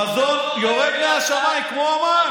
המזון יורד מהשמיים כמו מן.